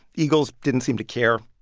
eagles didn't seem to care.